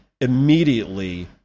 immediately